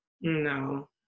No